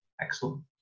Excellent